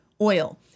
oil